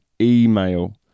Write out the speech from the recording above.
email